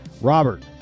Robert